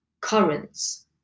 currents